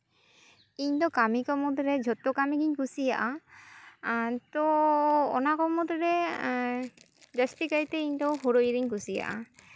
ᱤᱧᱫᱚ ᱠᱟᱹᱢᱤ ᱠᱚ ᱢᱩᱫᱽᱨᱮ ᱡᱷᱚᱛᱚ ᱠᱟᱹᱢᱤᱜᱤᱧ ᱠᱩᱥᱤᱭᱟᱜᱼᱟ ᱛᱳ ᱚᱱᱟ ᱠᱚ ᱢᱩᱫᱽᱨᱮ ᱛᱳ ᱡᱟᱹᱥᱛᱤ ᱠᱟᱭᱛᱮ ᱤᱧᱫᱚ ᱦᱩᱲᱩ ᱤᱨᱤᱧ ᱠᱩᱥᱤᱭᱟᱜᱼᱟ